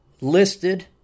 listed